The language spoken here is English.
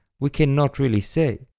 we cannot really say.